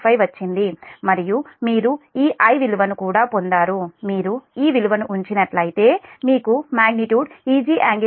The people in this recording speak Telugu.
5 వచ్చింది మరియు మీరు ఈ I విలువను కూడా పొందారు మీరు ఈ విలువను ఉంచినట్లయితే మీకు మాగ్నిట్యూడ్ Eg∟δ 1